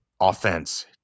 offense